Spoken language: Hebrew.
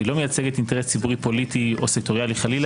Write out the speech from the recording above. היא לא מייצגת אינטרס ציבורי פוליטי או סקטוריאלי חלילה